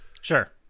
Sure